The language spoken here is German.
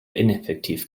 ineffektiv